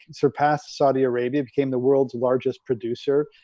surpassed saudi arabia became the world's largest producer.